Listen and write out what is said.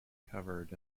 covered